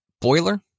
boiler